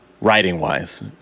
writing-wise